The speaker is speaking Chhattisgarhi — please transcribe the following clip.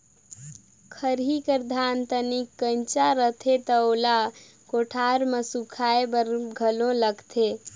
खरही कर धान तनिक कइंचा रथे त ओला कोठार मे सुखाए बर घलो लगथे